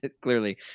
Clearly